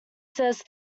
says